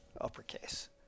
uppercase